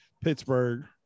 Pittsburgh